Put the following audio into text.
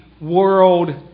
World